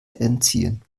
entziehen